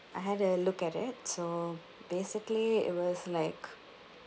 I had a look at it so basically it was like